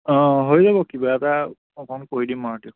অঁ হৈ যাব কিবা এটা অকণ কৰি দিম আৰু দিয়ক